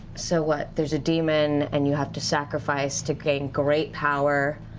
so what, there's a demon and you have to sacrifice to gain great power?